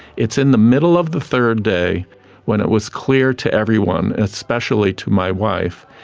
it's in the middle of the third day when it was clear to everyone, especially to my wife,